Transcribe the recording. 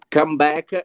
Comeback